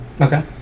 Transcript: okay